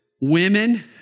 women